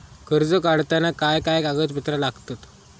कर्ज काढताना काय काय कागदपत्रा लागतत?